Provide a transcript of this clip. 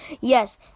yes